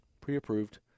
pre-approved